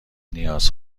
نیاز